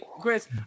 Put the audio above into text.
Chris